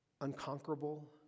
unconquerable